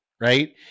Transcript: right